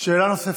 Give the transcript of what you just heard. שאלה נוספת.